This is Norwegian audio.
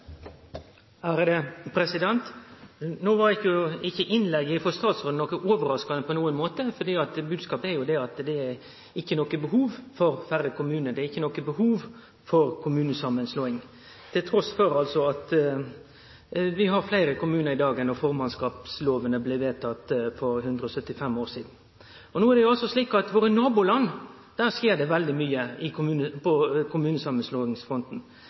Innlegget frå statsråden var ikkje på nokon måte overraskande. Bodskapen var at det ikkje er behov for færre kommunar, det er ikkje behov for kommunesamanslåing – trass i at vi har fleire kommunar i dag enn då formannskapslovane blei vedtekne for 175 år sidan. I nabolanda våre skjer det veldig mykje på kommunesamanslåingsfronten. Sverige reduserer talet på kommunar ganske markant. Danmark har redusert, dei har kome under 100. Finland er også på